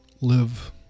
live